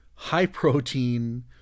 high-protein